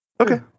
Okay